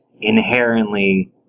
inherently